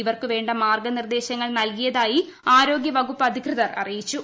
ഇവർക്ക് വേണ്ട മാർഗനിർദ്ദേശങ്ങൾ നൽകിയതായി ആരോഗ്യ വകുപ്പ് അധികൃതർ അറിയിച്ചു